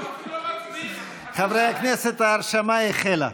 חברי הכנסת, ההרשמה החלה.